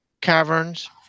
Caverns